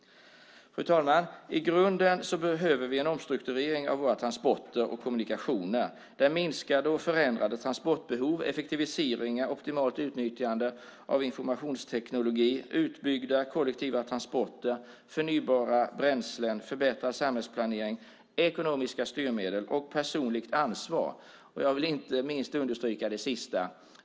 I grunden behöver vi en omstrukturering av våra transporter och kommunikationer, där minskade och förändrade transportbehov, effektiviseringar, optimalt utnyttjande av IT, utbyggda kollektiva transporter, förnybara bränslen, förbättrad samhällsplanering, ekonomiska styrmedel och personligt ansvar alla utgör viktiga, kompletterande delar. Jag vill inte minst understryka det sista.